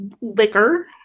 liquor